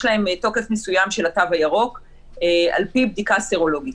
יש להם תוקף מסוים של התו הירוק על פי בדיקה סרולוגית,